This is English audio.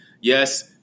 yes